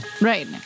Right